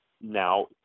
now